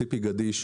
ציפי גדיש,